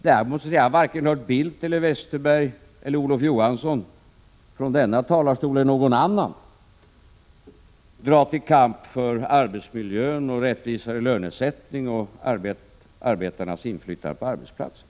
Däremot har jag inte hört att Carl Bildt, Bengt Westerberg eller Olof Johansson, varken från denna talarstol eller från någon annan, skulle ha dragit ut till kamp för arbetsmiljön, rättvisare lönesättningar och arbetarnas inflytande på arbetsplatserna.